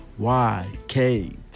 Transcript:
YKT